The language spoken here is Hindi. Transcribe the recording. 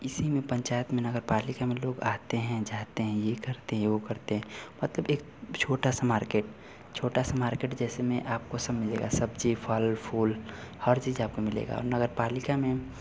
इसी में पंचायत में नगर पालिका में लोग आते हैं जाते हैं यह करते हैं वह करते हैं मतलब एक छोटा सा मार्केट छोटा सा मार्केट जैसे मैं आपको समझिएगा सब्ज़ी फल फूल हर चीज़ आपको मिलेगी और नगर पालिका में